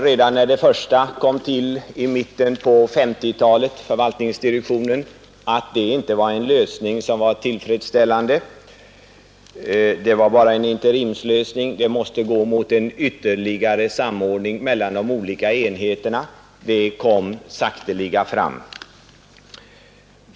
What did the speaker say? Redan när förvaltningsdirektionen kom till i mitten på 1950-talet var det uppenbart att det inte var en tillfredsställande lösning; det var bara en interimslösning, och det måste gå mot en ytterligare samordning mellan de olika enheterna. En sådan kom sakteliga fram.